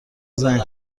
زنگ